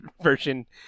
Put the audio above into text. version